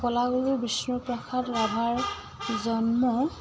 কলাগুৰু বিষ্ণুপ্ৰসাদ ৰাভাৰ জন্ম